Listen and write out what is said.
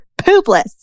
poopless